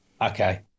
Okay